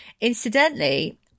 Incidentally